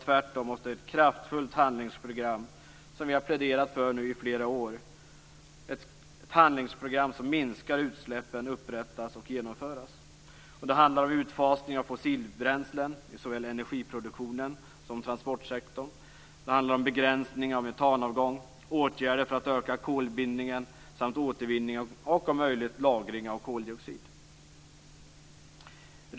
Tvärtom måste ett kraftfullt handlingsprogram - som vi har pläderat för i flera år - för att minska utsläppen upprättas och genomföras. Det handlar om utfasning av fossilbränslen i såväl energiproduktionen som transportsektorn. Det handlar om begränsning av etanavgång, åtgärder för att öka kolbildningen samt återvinning och, om möjligt, lagring av koldioxid.